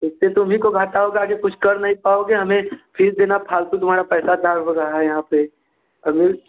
इससे तुम्हीं को घाटा होगा आगे कुछ कर नहीं पाओगे हमें फीस देना फ़ालतू तुम्हारा पैसा यहाँ पर और